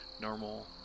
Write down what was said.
normal